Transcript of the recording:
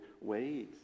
ways